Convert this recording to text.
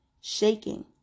shaking